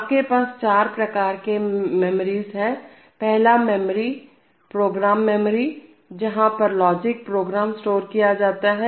आपके पास चार प्रकार के मेमोरीज हैं पहला प्रोग्राम मेमोरी जहां पर लॉजिक प्रोग्राम स्टोर कि जाते हैं